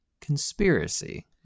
conspiracy